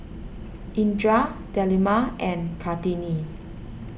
Indra Delima and Kartini